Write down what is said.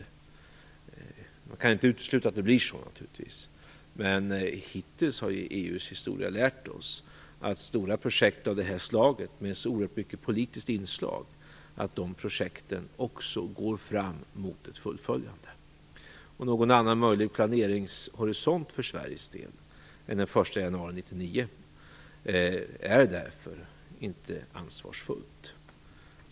Man kan naturligtvis inte utesluta att det blir så, men hittills har EU:s historia lärt oss att också stora projekt av det här slaget med så oerhört mycket av politiskt inslag går mot ett fullföljande. Någon annan möjlig planeringshorisont för Sveriges del än den 1 januari 1999 är därför inte ansvarsfullt.